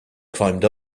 climbed